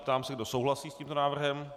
Ptám se, kdo souhlasí s tímto návrhem.